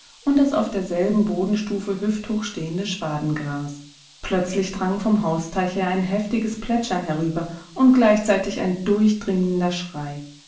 und das auf derselben bodenstufe hüfthoch stehende schwadengras plötzlich drang vom hausteich her ein heftiges plätschern herüber und gleichzeitig ein durchdringender schrei